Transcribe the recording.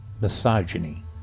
misogyny